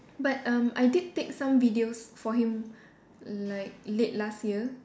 but erm I did take some videos for him like late last year